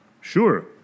Sure